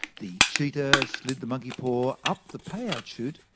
the cheater slid the monkey paw up the pay-out chute,